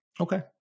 Okay